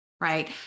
Right